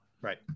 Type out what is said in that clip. Right